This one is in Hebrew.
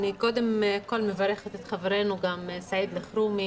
אני קודם כל מברכת את חברנו סעיד אלחרומי